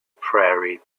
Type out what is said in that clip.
prairie